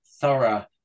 thorough